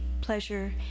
pleasure